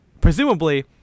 presumably